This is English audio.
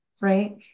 Right